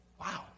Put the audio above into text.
Wow